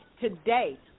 today